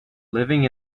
living